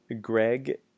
Greg